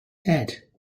head